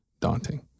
daunting